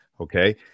Okay